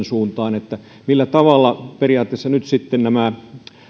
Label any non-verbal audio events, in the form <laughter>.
<unintelligible> suuntaan millä tavalla periaatteessa nyt sitten nämä